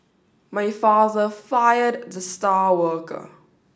my father fired the star worker